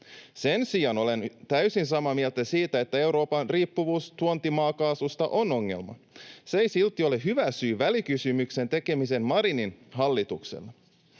Sen sijaan olen täysin samaa mieltä siitä, että Euroopan riippuvuus tuontimaakaasusta on ongelma. Se ei silti ole hyvä syy välikysymyksen tekemiseen Marinin hallitukselle.